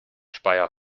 speyer